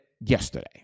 yesterday